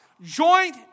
joint